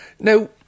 Now